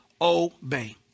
obey